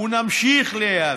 ונמשיך להיאבק.